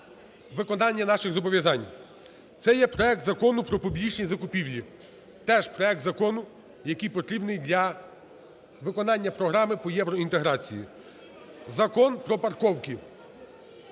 виконання наших зобов'язань; це є проект Закону про публічні закупівлі, теж проект закону, який потрібний для виконання програми по євроінтеграції; Закон про парковки;